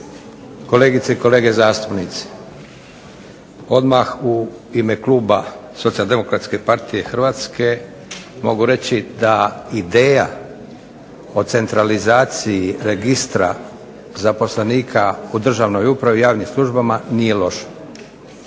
kolegice i kolege zastupnici. Odmah u ime kluba Socijaldemokratske partije Hrvatske mogu reći da ideja o centralizaciji registra zaposlenika u državnoj upravi i javnim službama nije loša,